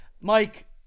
Mike